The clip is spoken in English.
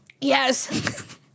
Yes